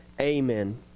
Amen